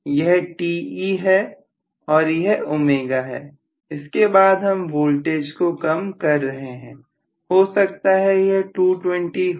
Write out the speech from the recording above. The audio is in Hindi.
यह Te है और यह ω हैइसके बाद हम वोल्टेज को कम कर रहे हैं हो सकता है यह 220 हो